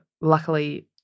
luckily